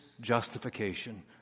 justification